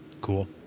Cool